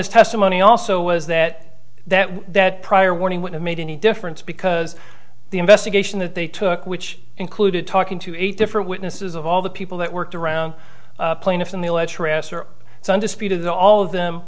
his testimony also was that that that prior warning would have made any difference because the investigation that they took which included talking to eight different witnesses of all the people that worked around plaintiffs in the all